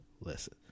Listen